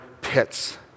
pits